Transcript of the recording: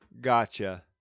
Gotcha